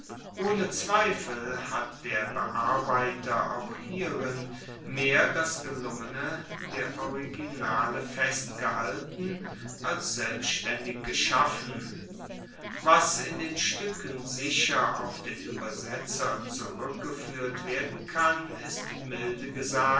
ohne zweifel hat der bearbeiter auch hierin mehr das gelungene der originale festgehalten als selbstaendig geschaffen was in den stuecken sicher auf den uebersetzer zurueckgefuehrt werden kann ist milde